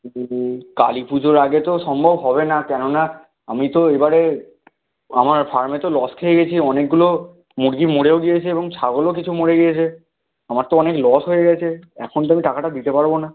কালী পুজোর আগে তো সম্ভব হবে না কেন না আমি তো এবারে আমার ফার্মে তো লস খেয়ে গেছি অনেকগুলো মুরগি মরেও গিয়েছে এবং ছাগলও কিছু মরে গিয়েছে আমার তো অনেক লস হয়ে গেছে এখন তো আমি টাকাটা দিতে পারব না